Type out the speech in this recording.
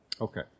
Okay